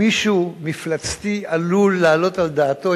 מישהו מפלצתי עלול להעלות על דעתו,